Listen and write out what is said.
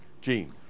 Gene